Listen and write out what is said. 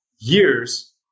years